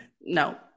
no